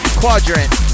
quadrant